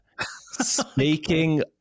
Speaking